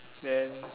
then